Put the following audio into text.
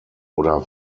oder